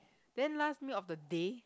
then last meal of the day